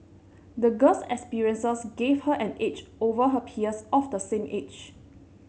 the girl's experiences gave her an edge over her peers of the same age